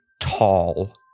tall